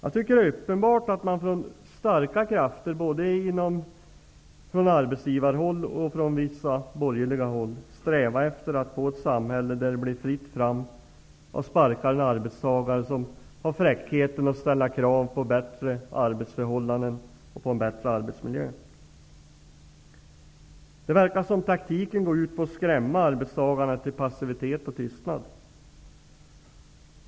Det är uppenbart att starka krafter, både från arbetsgivarhåll och från vissa borgerliga håll, strävar efter att få ett samhälle där det blir fritt fram att sparka en arbetstagare som har fräckheten att ställa krav på bättre arbetsförhållanden och bättre arbetsmiljö. Det verkar som om taktiken är att skrämma arbetstagarna till passivitet och tystnad.